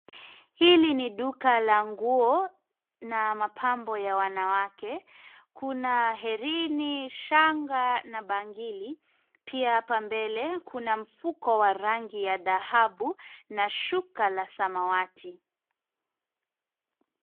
Hili ni duka la nguo na mapambo ya wanawake. Kuna herini, shanga na bangili, pia hapa mbele kuna mfuko wa rangi ya dhahabu na shuka la samawati.